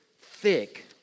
thick